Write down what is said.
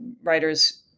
writers